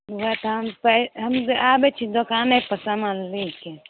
नहि तऽ हम पर हम आबैत छी दोकाने पर समान लेके